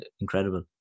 incredible